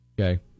Okay